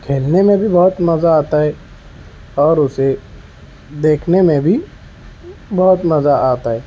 کھیلنے میں بھی بہت مزہ آتا ہے اور اسے دیکھنے میں بھی بہت مزہ آتا ہے